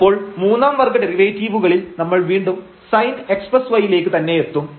അപ്പോൾ മൂന്നാം വർഗ ഡെറിവേറ്റീവുകളിൽ നമ്മൾ വീണ്ടും sin xy ലേക്ക് തന്നെ എത്തും